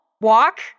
walk